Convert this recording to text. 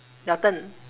your turn